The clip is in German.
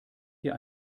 hier